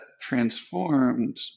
transformed